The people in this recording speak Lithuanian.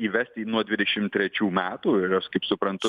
įvest jį nuo dvidešim trečių metų ir aš kaip suprantu